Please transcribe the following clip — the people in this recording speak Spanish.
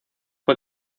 fue